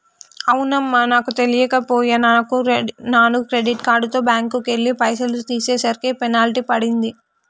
అవునమ్మా నాకు తెలియక పోయే నాను క్రెడిట్ కార్డుతో బ్యాంకుకెళ్లి పైసలు తీసేసరికి పెనాల్టీ పడింది